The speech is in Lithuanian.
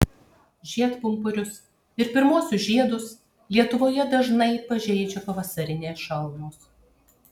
žiedpumpurius ir pirmuosius žiedus lietuvoje dažnai pažeidžia pavasarinės šalnos